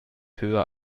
höher